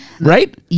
right